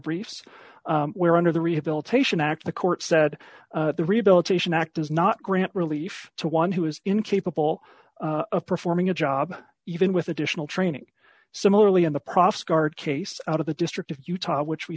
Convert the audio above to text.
briefs where under the rehabilitation act the court said the rehabilitation act does not grant relief to one who is incapable of performing a job even with additional training similarly in the profs card case out of the district of utah which we